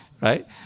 Right